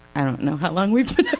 i don't know how long we've been yeah